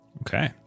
Okay